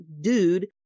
dude